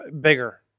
Bigger